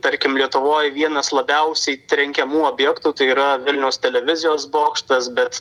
tarkim lietuvoj vienas labiausiai trenkiamų objektų tai yra vilniaus televizijos bokštas bet